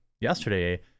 yesterday